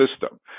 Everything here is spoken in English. system